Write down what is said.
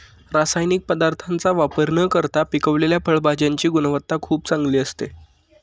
रासायनिक पदार्थांचा वापर न करता पिकवलेल्या फळभाज्यांची गुणवत्ता खूप चांगली असते